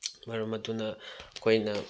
ꯃꯔꯝ ꯑꯗꯨꯅ ꯑꯩꯈꯣꯏꯅ